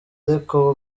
ariko